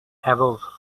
above